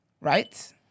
right